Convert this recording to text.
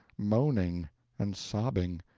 moaning and sobbing,